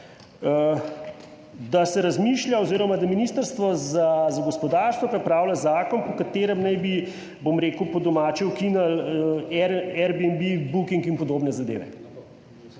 da se razmišlja oziroma da Ministrstvo za gospodarstvo pripravlja zakon, po katerem naj bi, bom rekel po domače, ukinili Airbnb, Booking in podobne zadeve.